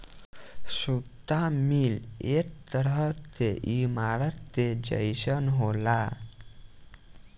सुता मिल एक तरह के ईमारत के जइसन होला